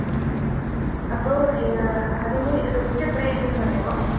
ആഹ് അപ്പോൾ അതിന് റേറ്റ് എത്രയായിരിക്കുമെന്ന് പറയാമോ